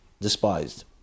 despised